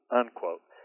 unquote